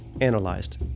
analyzed